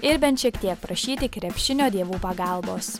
ir bent šiek tiek prašyti krepšinio dievų pagalbos